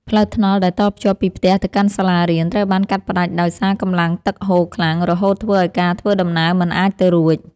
ផ្លូវថ្នល់ដែលតភ្ជាប់ពីផ្ទះទៅកាន់សាលារៀន ត្រូវបានកាត់ផ្តាច់ដោយសារកម្លាំងទឹកហូរខ្លាំង រហូតធ្វើឱ្យការធ្វើដំណើរមិនអាចទៅរួច។